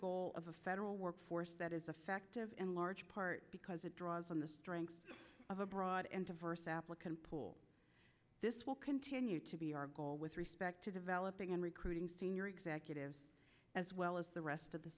goal of a federal workforce that is affective in large part because it draws on the strengths of a broad and diverse applicant pool this will continue to be our goal with respect to developing and recruiting senior executives as well as the rest of the